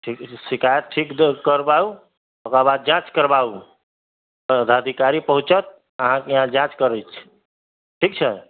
शिकायत ठीक करबाउ ओकरबाद जाँच करबाउ पदाधिकारी पहुँचत अहाँके यहाँ जाँच करैत ठीक छै